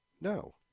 No